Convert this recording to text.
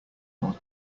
our